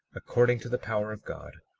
according to the power of god,